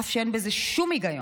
אף שאין בזה אין שום היגיון.